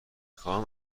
خواهم